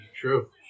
true